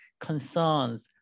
concerns